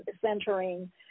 centering